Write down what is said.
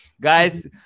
guys